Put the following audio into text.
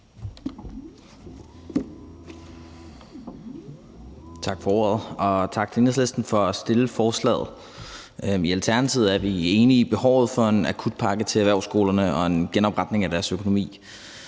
Tak for ordet. Og tak til Enhedslisten for at fremsætte forslaget. I Alternativet er vi enige i behovet for en akutpakke til erhvervsskolerne og en genopretning af deres økonomi,